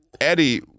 Eddie